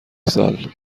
سال